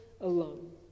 alone